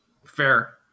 Fair